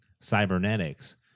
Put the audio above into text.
cybernetics